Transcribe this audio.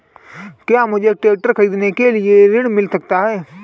क्या मुझे ट्रैक्टर खरीदने के लिए ऋण मिल सकता है?